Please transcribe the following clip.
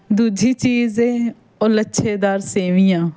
ਦੂਜੀ ਚੀਜ਼ ਇਹ ਉਹ ਲੱਛੇਦਾਰ ਸੇਵੀਆਂ